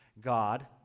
God